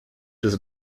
does